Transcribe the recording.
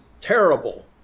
terrible